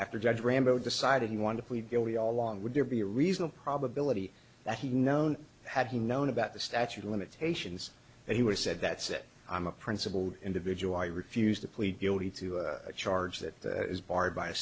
after judge rambo decided he wanted to plead guilty all along would there be a reasonable probability that he known had he known about the statute of limitations and he was said that said i'm a principled individual i refuse to plead guilty to a charge that is barred by a